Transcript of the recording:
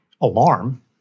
alarm